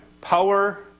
Power